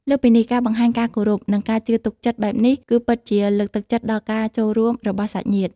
លើសពីនេះ ការបង្ហាញការគោរព និងការជឿទុកចិត្តបែបនេះ គឺពិតជា លើកទឹកចិត្តដល់ការចូលរួម របស់សាច់ញាតិ។